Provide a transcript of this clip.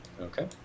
Okay